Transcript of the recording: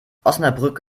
osnabrück